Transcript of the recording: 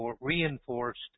reinforced